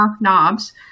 knobs